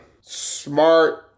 smart